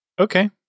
Okay